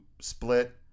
split